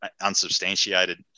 unsubstantiated